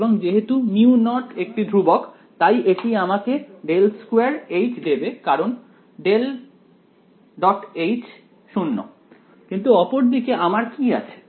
এবং যেহেতু mu naught একটি ধ্রুবক তাই এটি আমাকে 2দেবে কারণ 0 কিন্তু অপর দিকে আমার কি আছে